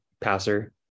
passer